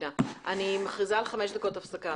אני מכריזה על חמש דקות הפסקה.